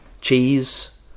cheese